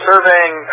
Surveying